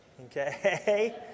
Okay